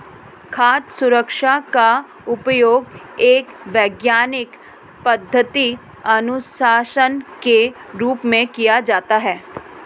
खाद्य सुरक्षा का उपयोग एक वैज्ञानिक पद्धति अनुशासन के रूप में किया जाता है